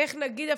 איך נגיד?